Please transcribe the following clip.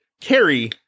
Carrie